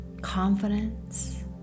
confidence